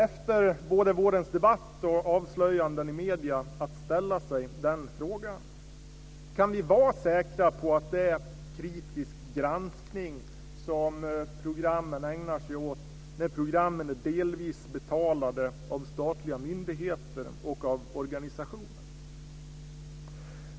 Efter vårens debatt och avslöjanden i medierna finns det skäl att ställa sig den frågan. Kan vi vara säkra på att det är kritisk granskning som programmen ägnar sig åt när programmen är delvis betalade av statliga myndigheter och av organisationer?